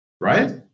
right